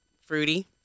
Fruity